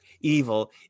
evil